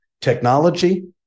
technology